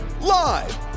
live